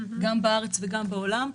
גם בארץ וגם בעולם.